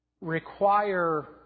require